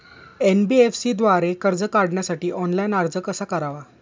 NBFC द्वारे कर्ज काढण्यासाठी ऑनलाइन अर्ज कसा करावा?